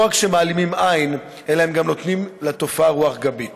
לא רק מעלימים עין אלא גם נותנים לתופעה רוח גבית.